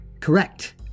Correct